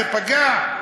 זה פגע?